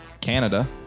canada